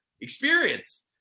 experience